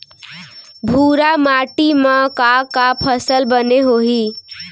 भूरा माटी मा का का फसल बने होही?